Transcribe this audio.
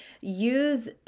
use